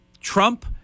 Trump